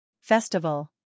Festival